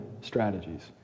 strategies